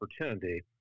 opportunity